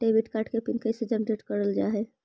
Debit card के pin कैसे generate करल जाहै?